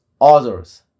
others